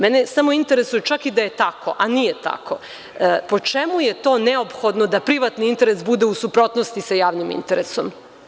Mene samo interesuje čak i da je tako, a nije tako, po čemu je to neophodno da privatni interes bude u suprotnosti sa javnim interesom?